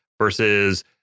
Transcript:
versus